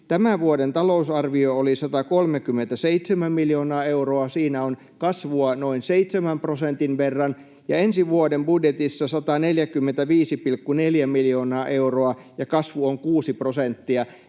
Tämän vuoden talousarviossa oli 137 miljoonaa euroa, siinä on kasvua noin seitsemän prosentin verran, ja ensi vuoden budjetissa 145,4 miljoonaa euroa, kasvu on kuusi prosenttia.